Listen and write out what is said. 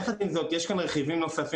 יחד עם זאת יש כאן רכיבים נוספים,